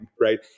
right